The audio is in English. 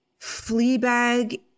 Fleabag